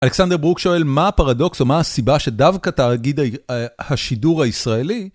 אלכסנדר ברוק שואל מה הפרדוקס או מה הסיבה שדווקא תאגיד השידור הישראלי